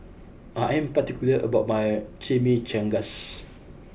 I am particular about my Chimichangas